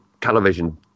television